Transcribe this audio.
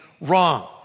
wrong